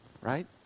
right